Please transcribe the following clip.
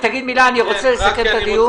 אופיר, תגיד מילה, אני רוצה לסכם את הדיון.